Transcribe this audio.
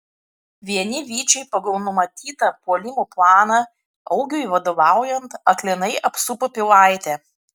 vieni vyčiai pagal numatytą puolimo planą augiui vadovaujant aklinai apsupo pilaitę